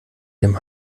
dem